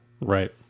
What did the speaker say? Right